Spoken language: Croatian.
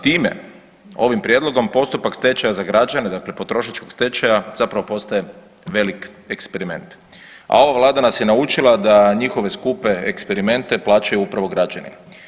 Time, ovim prijedlogom postupak stečaja za građane, dakle potrošačkog stečaja zapravo postaje velik eksperiment, a ova Vlada nas je naučila da njihove skupe eksperimente plaćaju upravo građani.